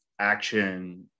action